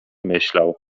myślał